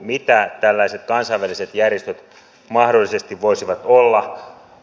mitä tällaiset kansainväliset järjestöt mahdollisesti voisivat olla